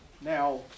Now